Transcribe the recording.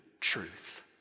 truth